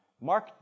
Mark